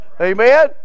Amen